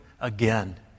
again